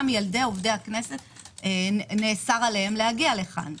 גם ילדי עובדי הכנסת נאסר עליהם להגיע לכאן.